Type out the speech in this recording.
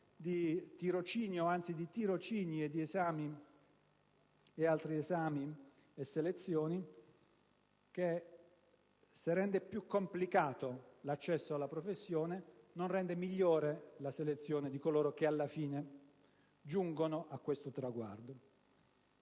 di tirocinio, anzi di tirocini e di esami e di altri esami e selezioni che, se rende più complicato l'accesso alla professione, non rende migliore la selezione di coloro che alla fine giungono a questo traguardo.